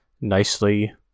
nicely